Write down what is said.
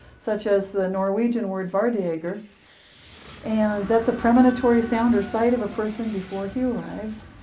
such as the norwegian word var-da-gur and that's a premanatory sound or sight of a person before he arrives,